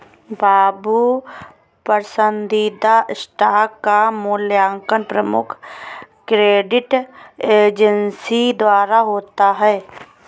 बाबू पसंदीदा स्टॉक का मूल्यांकन प्रमुख क्रेडिट एजेंसी द्वारा होता है